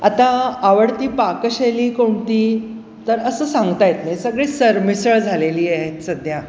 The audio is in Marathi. आता आवडती पाकशैली कोणती तर असं सांगता येत नाही सगळी सरमिसळ झालेली आहे सध्या